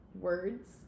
words